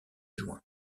juin